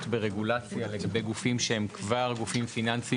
ברגולציה לגבי גופים פיננסיים שהם כבר מפוקחים,